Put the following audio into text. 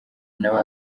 nawe